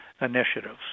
initiatives